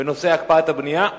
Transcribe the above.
בנושא הקפאת הבנייה,